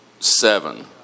Seven